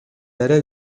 арай